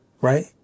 right